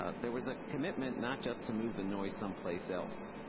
ah there was a commitment not just to move the noise someplace else,